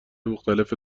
مختلف